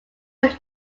were